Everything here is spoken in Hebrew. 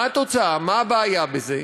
מה הבעיה בזה?